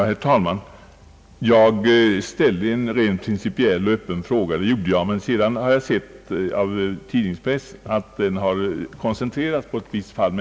Herr talman! Jag ställde en rent principiell och öppen fråga, men sedan har jag sett av tidningspressen att den koncentrerats på ett visst fall.